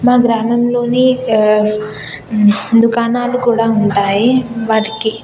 మా గ్రామంలోని దుకాణాలు కూడా ఉంటాయి వాటికీ